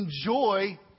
enjoy